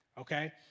okay